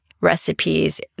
recipes